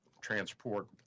transport